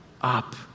up